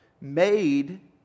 Made